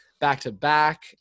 back-to-back